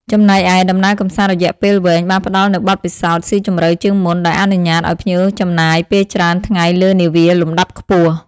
ចំណែកឯ ដំណើរកម្សាន្តរយៈពេលវែង បានផ្តល់នូវបទពិសោធន៍ស៊ីជម្រៅជាងមុន ដោយអនុញ្ញាតឲ្យភ្ញៀវចំណាយពេលច្រើនថ្ងៃលើនាវាលំដាប់ខ្ពស់។